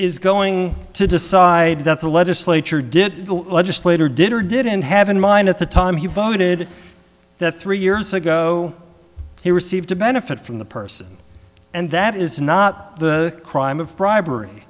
is going to decide that the legislature did the legislator did or didn't have in mind at the time he voted that three years ago he received a benefit from the person and that is not the crime of bribery